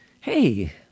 hey